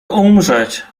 umrzeć